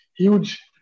huge